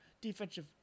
defensive